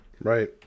Right